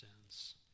sins